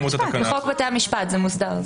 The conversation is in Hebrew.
בחוק בתי המשפט.